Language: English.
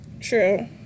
True